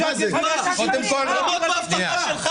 אי אפשר עם ההצגה הזאת.